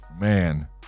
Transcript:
Man